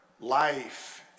life